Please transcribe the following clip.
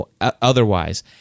otherwise